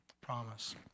promise